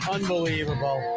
Unbelievable